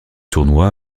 tournoi